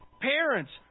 Parents